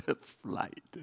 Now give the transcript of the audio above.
flight